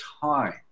time